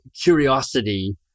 curiosity